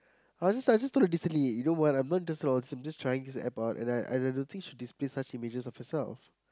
I was I just told her decently you know what I'm not interested in all this I'm just trying this App out and I and I don't think she display such images of herself